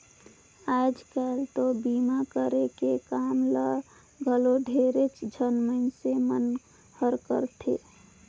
आयज कायल तो बीमा करे के काम ल घलो ढेरेच झन मइनसे मन हर करथे